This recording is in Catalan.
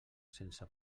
sense